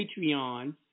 Patreon